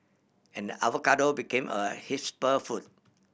and avocado became a food